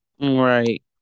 Right